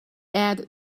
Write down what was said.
add